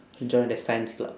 and joined the science club